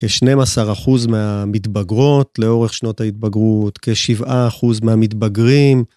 כ-12% מהמתבגרות לאורך שנות ההתבגרות, כ-7% מהמתבגרים.